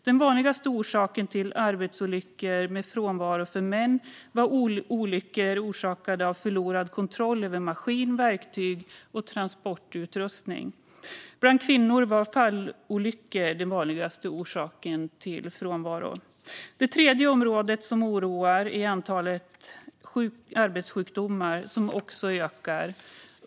Den vanligaste orsaken till arbetsolyckor med frånvaro för män var olyckor orsakade av förlorad kontroll över maskin, verktyg eller transportutrustning. Bland kvinnor var fallolyckor den vanligaste orsaken till frånvaro. Det tredje som oroar är att även antalet arbetssjukdomar ökar.